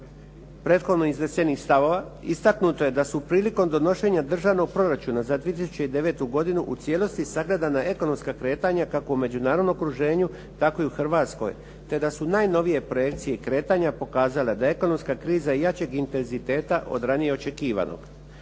prethodno iznesenih stavova, istaknuto je da su prilikom donošenja državnog proračuna za 2009. godinu u cijelosti sagledana ekonomska kretanja kako u međunarodnom okruženju, tako i u Hrvatskoj, te da su najnovije projekcije i kretanja pokazala da ekonomska kriza i jačeg intenziteta od ranije očekivanog.